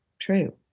true